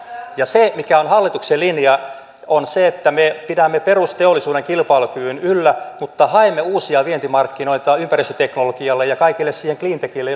ja se mikä on hallituksen linja on se että me pidämme perusteollisuuden kilpailukyvyn yllä mutta haemme uusia vientimarkkinoita ympäristöteknologialle ja kaikelle sille cleantechille